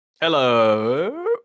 hello